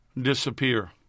disappear